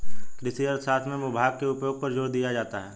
कृषि अर्थशास्त्र में भूभाग के उपयोग पर जोर दिया जाता है